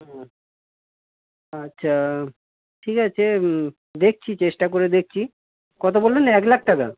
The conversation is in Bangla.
ও আচ্ছা ঠিক আছে দেখছি চেষ্টা করে দেখছি কত বললেন এক লাখ টাকা